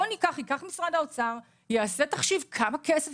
שייקח משרד האוצר ויעשה תחשיב כמה כסף